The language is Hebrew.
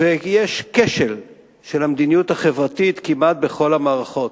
ויש כשל של המדיניות החברתית כמעט בכל המערכות: